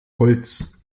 holz